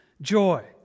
Joy